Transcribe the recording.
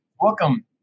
Welcome